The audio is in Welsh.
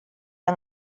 yng